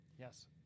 Yes